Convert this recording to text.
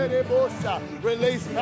Release